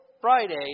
Friday